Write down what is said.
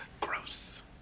gross